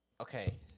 okay